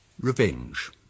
Revenge